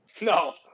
No